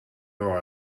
door